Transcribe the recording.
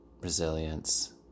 resilience